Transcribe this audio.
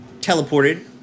teleported